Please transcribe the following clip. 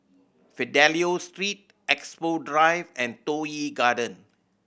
Fidelio Street Expo Drive and Toh Yi Garden